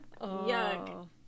Yuck